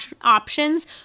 options